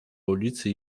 ulicy